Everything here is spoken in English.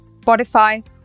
Spotify